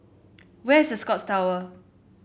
where is The Scotts Tower